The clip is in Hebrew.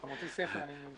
אני מבין